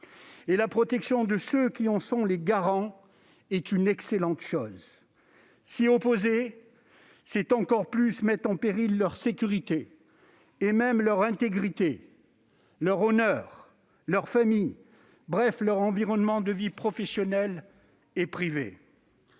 et la protection de ceux qui en sont les garants est une excellente chose. S'y opposer, c'est mettre encore plus en péril leur sécurité et même leur intégrité, leur honneur, leur famille, bref, leur environnement de vie professionnel et privé.